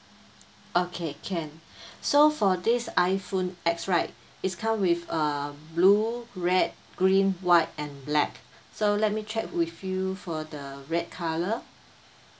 okay can so for this iphone X right is come with err blue red green white and black so let me check with you for the red colour